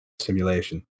simulation